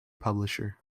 publisher